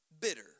bitter